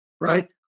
Right